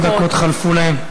חברת הכנסת, עשר דקות חלפו להן.